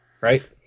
right